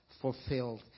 fulfilled